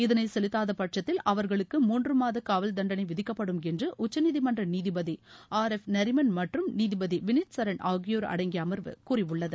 இதனை செலுத்தாதபட்சத்தில் அவர்களுக்கு மூன்று மாத காவல் தண்டனை விதிக்கப்படும் என்று உச்சநீதிமன்ற நீதிபதி ஆர் எஃப் நரிமன் மற்றும் நீதிபதி வினித் சரன் ஆகியோர் அடங்கிய அமர்வு கூறியுள்ளது